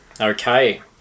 Okay